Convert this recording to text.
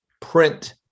print